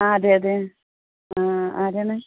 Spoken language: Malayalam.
ആ അതെ അതെ ആ ആരാണ്